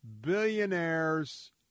billionaires